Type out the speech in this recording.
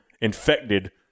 infected